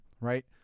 right